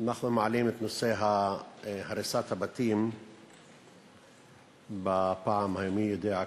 אנחנו מעלים את נושא הריסת הבתים בפעם המי-יודע-כמה.